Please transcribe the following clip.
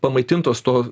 pamaitintos tuo